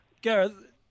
Gareth